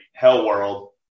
Hellworld